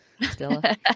Stella